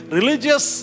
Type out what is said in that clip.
Religious